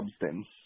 substance